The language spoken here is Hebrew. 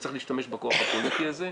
וצריך להשתמש בכוח הפוליטי הזה.